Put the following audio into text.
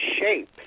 shape